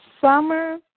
summer